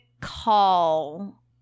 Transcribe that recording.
call